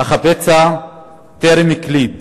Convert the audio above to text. אך הפצע טרם הגליד